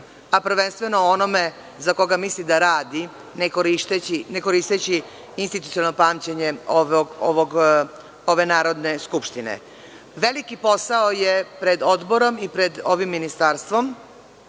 a prvenstveno onome za koga misli da radi, ne koristeći institucionalno pamćenje ove Narodne skupštine. Veliki posao je pred odborom i pred ovim ministarstvom